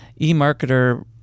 eMarketer